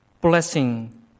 Blessing